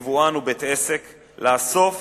יבואן ובית-עסק לאסוף